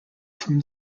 from